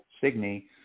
Signy